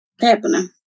happening